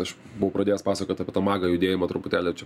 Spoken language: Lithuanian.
aš buvau pradėjęs pasakot apie tą magą judėjimą truputėlį čia